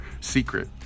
Secret